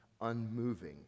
unmoving